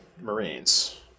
Marines